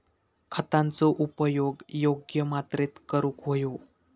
खतांचो उपयोग योग्य मात्रेत करूक व्हयो